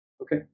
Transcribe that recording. Okay